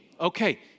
Okay